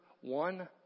one